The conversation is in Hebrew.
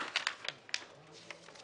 בתקנה 7(6)(ג).